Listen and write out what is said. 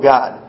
God